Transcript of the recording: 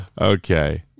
Okay